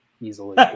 easily